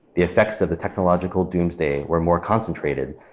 the effects of the technological doomsday were more concentrated.